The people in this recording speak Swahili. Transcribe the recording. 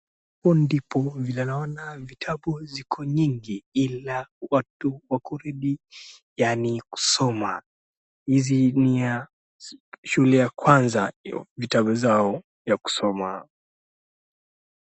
Huu ndipo vile naona vitabu ziko nyingi ila watu wako ready yani kusoma. Hizi ni ya shule ya kwanza vitabu yao ya kusoma.